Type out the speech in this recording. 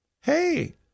Hey